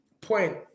point